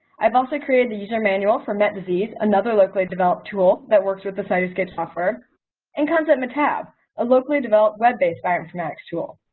i've also created the user manual for metdisease another locally developed tool that works with the cytoscape software and conceptmetab a locally developed web-based bioinformatics too.